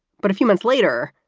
but a few months later,